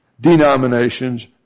denominations